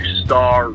star